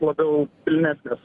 labiau pilnesnės